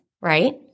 right